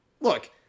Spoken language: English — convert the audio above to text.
look